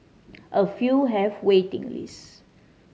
a few have waiting lists